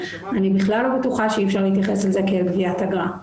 אני בכלל לא בטוחה שאי אפשר להתייחס לזה כאל גביית אגרה.